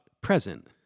present